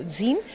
zien